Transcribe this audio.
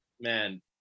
man